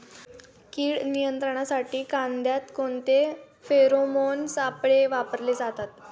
कीड नियंत्रणासाठी कांद्यात कोणते फेरोमोन सापळे वापरले जातात?